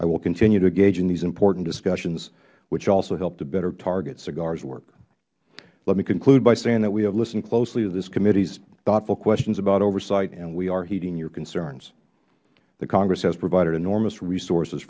i will continue to engage in these important discussions which also help to better target sigars work let me conclude by saying that we have listened closely to this committees thoughtful questions about oversight and we are heeding your concerns the congress has provided enormous resources